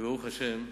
וברוך השם,